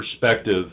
perspective